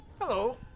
hello